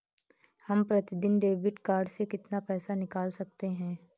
हम प्रतिदिन debit card से कितना पैसा निकाल सकते हैं?